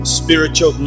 spiritual